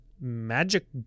magic